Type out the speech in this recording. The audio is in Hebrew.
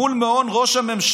"מול מעונו של ראש הממשלה,